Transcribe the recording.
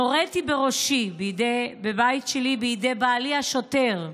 נוריתי בראשי, בבית שלי, בידי בעלי השוטר,